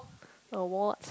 award